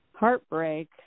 heartbreak